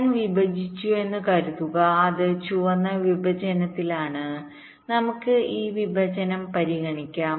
ഞാൻ വിഭജിച്ചുവെന്ന് കരുതുക അത് ചുവന്ന വിഭജനത്തിലാണ് നമുക്ക് ഈ വിഭജനം പരിഗണിക്കാം